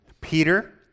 Peter